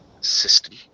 system